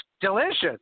delicious